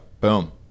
boom